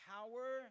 Power